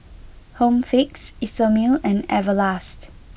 Home Fix Isomil and Everlast